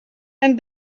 and